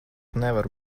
nevaru